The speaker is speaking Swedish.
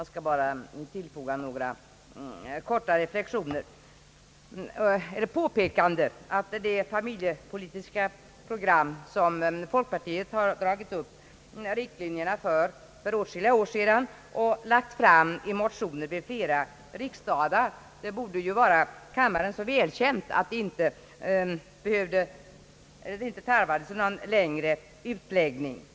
Jag skall bara tillfoga några korta reflexioner eller påpekanden, nämligen att det familjepolitiska program som folkpartiet har dragit upp riktlinjerna för redan för åtskilliga år sedan och lagt fram i motioner vid flera riksdagar ju borde vara kammaren så välkänt, att det inte tarvades någon längre utläggning.